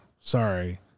sorry